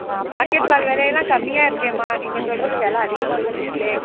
ஏம்மா பாக்கெட் பால் விலையெல்லாம் கம்மியாக இருக்கேம்மா நீங்கள் சொல்கிறது விலை அதிகமாக சொல்கிறிங்களே